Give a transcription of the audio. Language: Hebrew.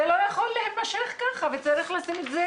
זה לא יכול להימשך ככה וצריך לשים את זה